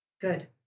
Good